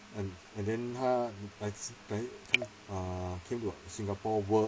and and then 他 came to singapore work